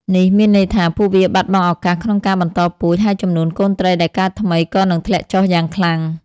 នេះមានន័យថាពួកវាបាត់បង់ឱកាសក្នុងការបន្តពូជ ហើយចំនួនកូនត្រីដែលកើតថ្មីក៏នឹងធ្លាក់ចុះយ៉ាងខ្លាំង។